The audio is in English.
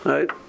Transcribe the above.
Right